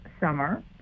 summer